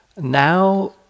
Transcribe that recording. Now